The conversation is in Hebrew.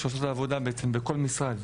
שעושות את העבודה בעצם בכל משרד.